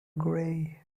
gray